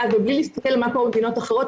ובלי להסתכל על מה קורה במדינות אחרות,